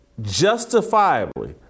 justifiably